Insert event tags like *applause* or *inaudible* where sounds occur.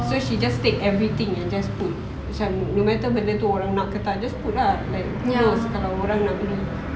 so she just take everything and just put macam no matter benda tu orang nak ke tak just put lah like *noise* kalau orang nak beli